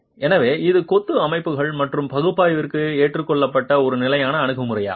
எனவே இது கொத்து அமைப்புகள் மற்றும் பகுப்பாய்விற்கு ஏற்றுக்கொள்ளப்பட்ட ஒரு நிலையான அணுகுமுறையாகும்